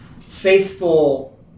faithful